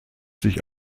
sich